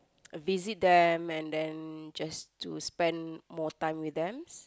visit them and then just to spend more time with them